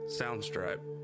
soundstripe